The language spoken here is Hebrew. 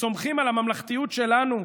וסומכים על הממלכתיות שלנו,